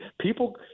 people